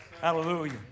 Hallelujah